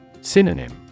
Synonym